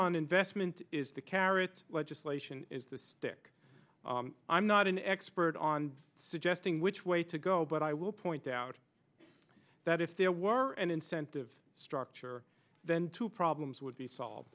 on investment is the carrot legislation is the stick i'm not an expert on suggesting which way to go but i will point out that if there were an incentive structure then two problems would be solved